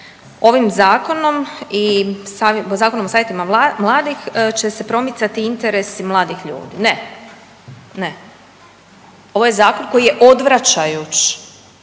ovim Zakonom i Zakonom o savjetima mladih će se promicati interesi mladih ljudi. Ne, ne. Ovo je Zakon koji je odvraćajući